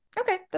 okay